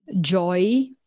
joy